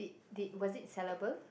did was it sellable